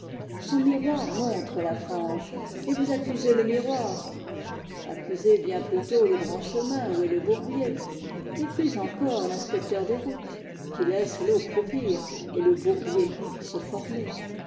son miroir montre la fange et vous accusez le miroir accusez bien plutôt le grand chemin où est le bourbier et plus encore l'inspecteur des routes qui laisse l'eau croupir et le bourbier se former